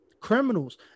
criminals